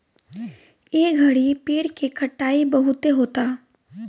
ए घड़ी पेड़ के कटाई बहुते होता